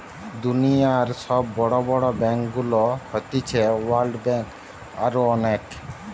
দুনিয়র সব বড় বড় ব্যাংকগুলো হতিছে ওয়ার্ল্ড ব্যাঙ্ক, আরো অনেক